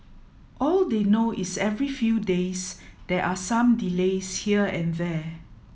all they know is every few days there are some delays here and there